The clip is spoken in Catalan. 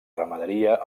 ramaderia